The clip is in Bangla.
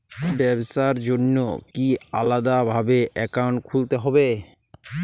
ব্যাবসার জন্য কি আলাদা ভাবে অ্যাকাউন্ট খুলতে হবে?